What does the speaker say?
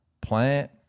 Plant